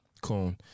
cool